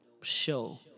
Show